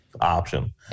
option